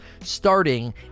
starting